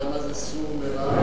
אתה יודע מה זה סור מרע?